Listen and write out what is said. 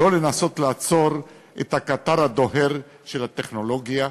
לא לנסות לעצור את הקטר הדוהר של הטכנולוגיה.